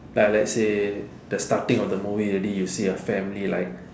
fine let's say the starting of the movie already you see a family like